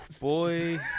Boy